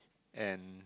and